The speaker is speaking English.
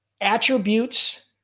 attributes